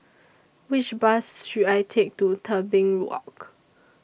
Which Bus should I Take to Tebing Walk